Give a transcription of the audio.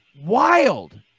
wild